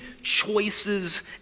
choices